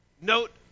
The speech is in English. Note